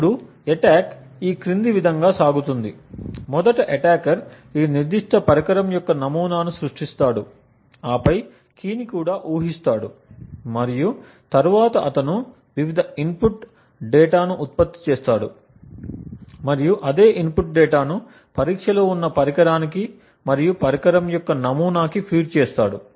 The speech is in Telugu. ఇప్పుడు అటాక్ ఈ క్రింది విధంగా సాగుతుంది మొదట అటాకర్ ఈ నిర్దిష్ట పరికరం యొక్క నమూనాను సృష్టిస్తాడు ఆపై కీ ని కూడా ఊహిస్తాడు మరియు తరువాత అతను వివిధ ఇన్పుట్ డేటాను ఉత్పత్తి చేస్తాడు మరియు అదే ఇన్పుట్ డేటాను పరీక్షలో ఉన్న పరికరానికి మరియు పరికరం యొక్క నమూనాకి ఫీడ్ చేస్తాడు